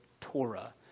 Torah